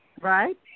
Right